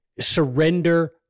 surrender